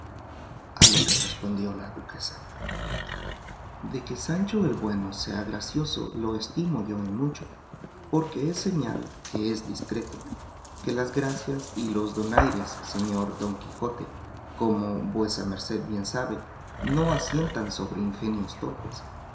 a lo que respondió la duquesa de que sancho el bueno sea gracioso lo estimo yo en mucho porque es señal que es discreto que las gracias y los donaires señor don quijote como vuesa merced bien sabe no asientan sobre ingenios torpes